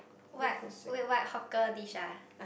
what wait what hawker dish ah